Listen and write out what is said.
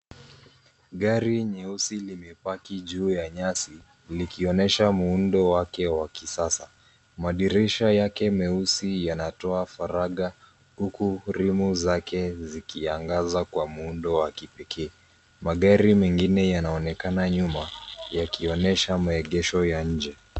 Gari nyeusi limepaki juu ya nyasi likionyesha muundo wake wa kisasa. Madirisha yake meusi yanatoa faraga huku rims zake zikiangazwa kwa muundo wa kipekee. Magari mengine yanaonekana nyuma yakionyesha maegesho yanyote.